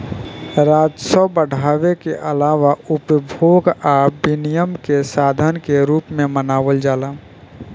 राजस्व बढ़ावे के आलावा उपभोग आ विनियम के साधन के रूप में मानल जाला